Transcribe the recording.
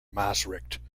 maastricht